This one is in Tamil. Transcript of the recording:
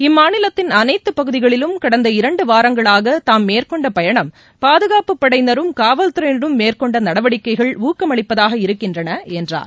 இம்மாநிலத்தின் அனைத்து பகுதிகளிலும் கடந்த இரண்டு வாரங்களாக தாம் மேற்கொண்ட பயணம் பாதுகாப்பு படையினரும் காவல்துறையினரும் மேற்கொண்ட நடவடிக்கைகள் ஊக்கமளிப்பதாக இருக்கின்றன என்றார்